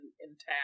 intact